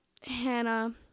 Hannah